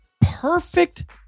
perfect